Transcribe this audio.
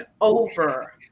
over